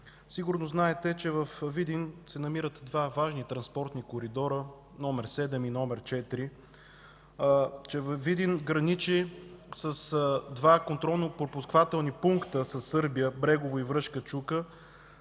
Сигурно знаете, че във Видин се намират два важни транспортни коридора – номер 7 и номер 4; че Видин граничи с два контролно-пропускателни пункта със Сърбия – Брегово и Връшка Чука,